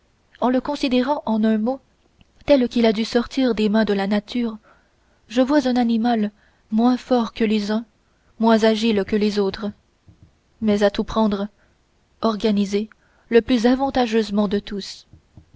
en le considérant en un mot tel qu'il a dû sortir des mains de la nature je vois un animal moins fort que les uns moins agile que les autres mais à tout prendre organisé le plus avantageusement de tous